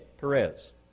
perez